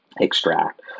extract